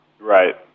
Right